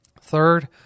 Third